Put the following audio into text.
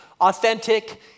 authentic